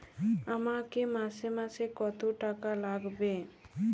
আমাকে মাসে মাসে কত টাকা লাগবে?